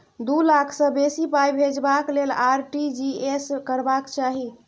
दु लाख सँ बेसी पाइ भेजबाक लेल आर.टी.जी एस करबाक चाही